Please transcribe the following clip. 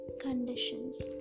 conditions